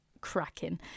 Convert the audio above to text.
cracking